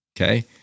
Okay